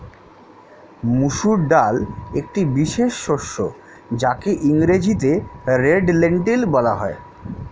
মুসুর ডাল একটি বিশেষ শস্য যাকে ইংরেজিতে রেড লেন্টিল বলা হয়